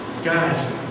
Guys